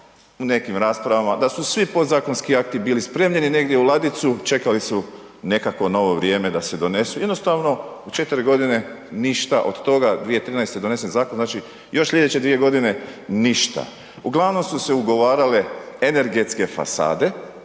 u nekim raspravama da su svi podzakonski akti bili spremljeni negdje u ladicu, čekali su nekakvo novo vrijeme da se donesu, jednostavno u 4 g. ništa od toga, 2013. je donesen zakon, znači još slijedeće 2 g. ništa. Uglavnom su se ugovarale energetske fasade,